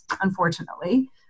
Unfortunately